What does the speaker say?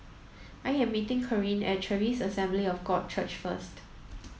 I am meeting Kareen at Charis Assembly of God Church first